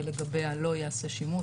ולגביה לא ייעשה שימוש,